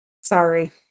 Sorry